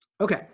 Okay